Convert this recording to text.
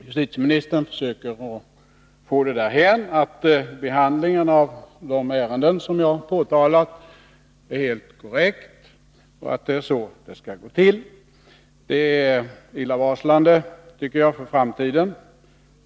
Justitieministern försöker få det därhän att behandlingen av de ärenden som jag har påtalat är helt korrekt och att det är så det skall gå till. Jag tycker att det är illavarslande för framtiden.